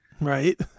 right